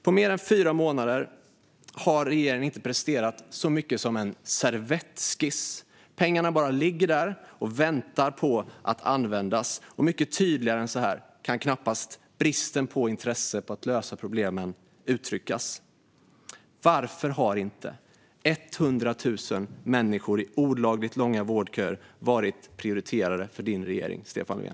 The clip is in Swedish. På mer än fyra månader har regeringen inte presterat så mycket som en servettskiss. Pengarna bara ligger där och väntar på att användas. Mycket tydligare än så här kan knappast bristen på intresse för att lösa problemen uttryckas. Varför har inte 100 000 människor i olagligt långa vårdköer varit prioriterade för din regering, Stefan Löfven?